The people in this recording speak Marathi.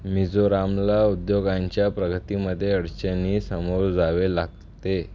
मिझोरामला उद्योगांच्या प्रगतीमध्ये अडचणीसमोर जावे लागते